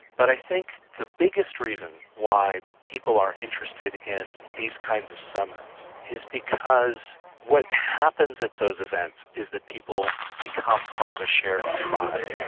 but i think the biggest reason why people are interested in these kinds of summits is because what happens at those events is that people become part of a shared tribe.